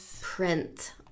print